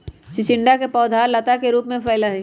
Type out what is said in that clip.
चिचिंडा के पौधवा लता के रूप में फैला हई